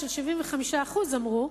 של 75% אמרו,